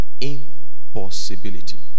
impossibility